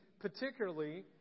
particularly